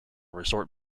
resort